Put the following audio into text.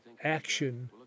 action